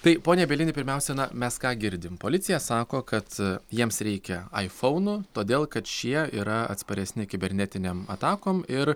tai pone bielini pirmiausia na mes ką girdim policija sako kad jiems reikia aifounų todėl kad šie yra atsparesni kibernetinėm atakom ir